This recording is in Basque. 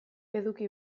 eduki